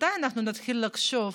מתי אנחנו נתחיל לחשוב